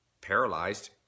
paralyzed